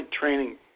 training